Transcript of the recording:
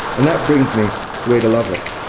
and that brings me to ada lovelace.